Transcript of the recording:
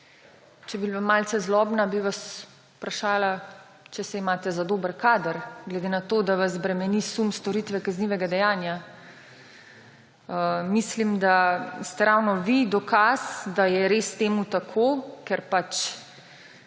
Če bi bila malce zlobna, bi vas vprašala, ali se imate za dober kader, glede na to, da vas bremeni sum storitve kaznivega dejanja. Mislim, da ste ravno vi dokaz, da je res to tako, ker pač